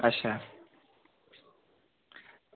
अच्छा